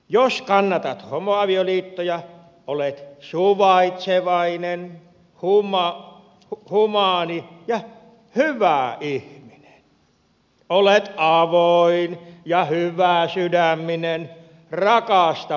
jos kannatat homo avioliittoja olet suvaitsevainen humaani ja hyvä ihminen olet avoin ja hyväsydäminen rakastava ihminen